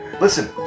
listen